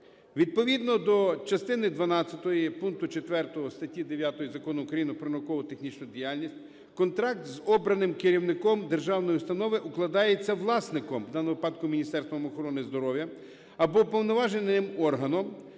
Відповідно до частини дванадцятої пункту 4 статті 9 Закону України про науково-технічну діяльність контракт з обраним керівником державної установи укладається власником, в даному випадку Міністерством охорони здоров'я, або уповноваженим органом